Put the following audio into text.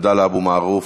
עבדאללה אבו מערוף?